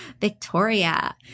Victoria